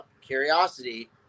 curiosity